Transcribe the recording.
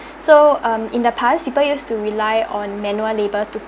so um in the past people used to rely on manual labour to